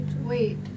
Wait